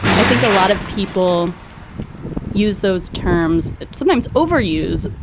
i think a lot of people use those terms, sometimes overuse,